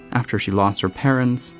after she lost her parents.